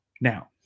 Now